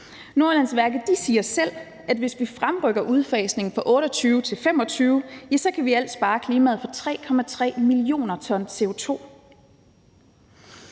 Nordjyllandsværket siger selv, at hvis vi fremrykker udfasningen fra 2028 til 2025, kan vi i alt spare klimaet for 3,3 mio. t CO2.